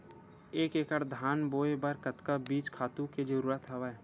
एक एकड़ धान बोय बर कतका बीज खातु के जरूरत हवय?